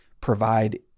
provide